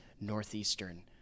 northeastern